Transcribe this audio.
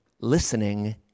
listening